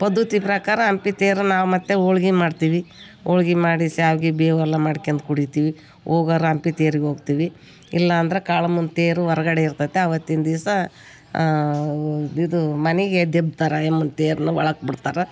ಪದ್ದತಿ ಪ್ರಕಾರ ಹಂಪಿ ತೇರು ನಾವು ಮತ್ತು ಹೋಳ್ಗಿ ಮಾಡ್ತೀವಿ ಹೋಳ್ಗಿ ಮಾಡಿ ಶ್ಯಾವ್ಗಿ ಬೇವು ಎಲ್ಲ ಮಾಡ್ಕೋಂಡ್ ಕುಡೀತಿವಿ ಹೋಗೋರ್ ಹಂಪಿ ತೇರಿಗೆ ಹೋಗ್ತಿವಿ ಇಲ್ಲಂದ್ರೆ ಕಾಳಮ್ಮನ ತೇರು ಹೊರ್ಗಡೆ ಇರ್ತದೆ ಆವತ್ತಿನ ದಿವ್ಸಾ ಇದು ಮನೆಗೆ ದಬ್ತರೆ ಆಯಮ್ಮನ ತೇರನ್ನ ಒಳಗೆ ಬಿಡ್ತಾರೆ